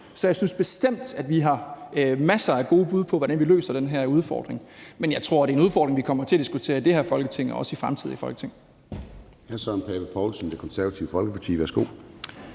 Så jeg synes bestemt, at vi har masser af gode bud på, hvordan vi løser den her udfordring. Men jeg tror, det er en udfordring, vi kommer til at diskutere i det her Folketing og også i fremtidige Folketing.